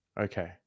Okay